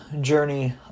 journey